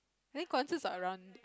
they consist around